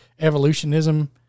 evolutionism